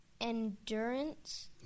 endurance